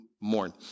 mourn